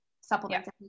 supplements